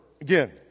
again